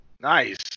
Nice